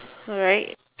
alright